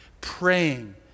praying